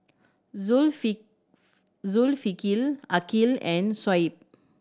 Zulkifli Aqil and Shoaib